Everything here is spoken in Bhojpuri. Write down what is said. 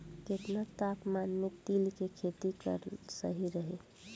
केतना तापमान मे तिल के खेती कराल सही रही?